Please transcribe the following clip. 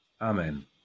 Amen